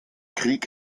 krieg